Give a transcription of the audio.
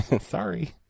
Sorry